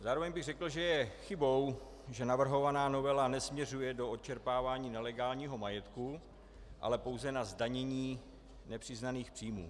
Zároveň bych řekl, že je chybou, že navrhovaná novela nesměřuje do odčerpávání nelegálního majetku, ale pouze na zdanění nepřiznaných příjmů.